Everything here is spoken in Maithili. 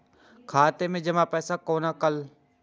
खाता मैं जमा पैसा कोना कल